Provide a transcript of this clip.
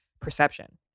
perception